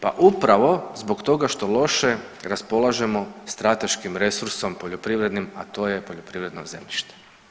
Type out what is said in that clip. Pa upravo zbog toga što loše raspolažemo strateškim resursom poljoprivrednim, a to je poljoprivredno zemljište.